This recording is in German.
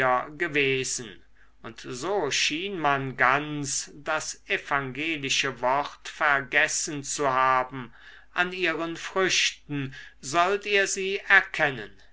gewesen und so schien man ganz das evangelische wort vergessen zu haben an ihren früchten sollt ihr sie erkennen